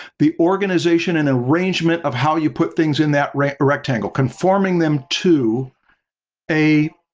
the organization and arrangement of how you put things in that rectangle conforming them to a